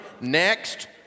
Next